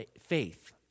faith